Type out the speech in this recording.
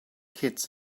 kids